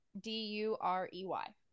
d-u-r-e-y